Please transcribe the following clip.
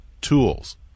tools